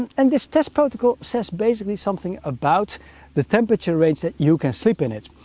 and this test protocol says basically something about the temperature range that you can sleep in it.